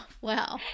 Wow